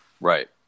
Right